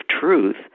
truth